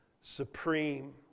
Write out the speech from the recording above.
supreme